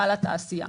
על התעשייה.